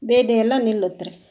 ಭೇದಿ ಎಲ್ಲ ನಿಲ್ಲುತ್ರಿ